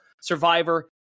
Survivor